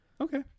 Okay